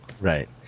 right